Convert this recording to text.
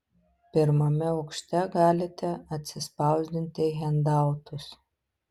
pirmame aukšte galite atsispausdinti hendautus